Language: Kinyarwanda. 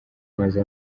umaze